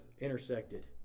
intersected